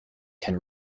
can